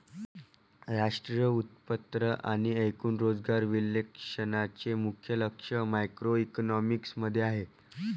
राष्ट्रीय उत्पन्न आणि एकूण रोजगार विश्लेषणाचे मुख्य लक्ष मॅक्रोइकॉनॉमिक्स मध्ये आहे